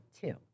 two